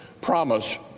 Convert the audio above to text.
promise